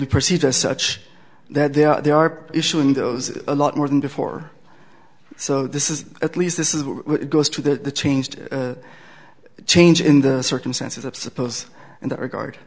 be perceived as such that they are they are issuing those a lot more than before so this is at least this is what goes to the changed change in the circumstances of suppose in that regard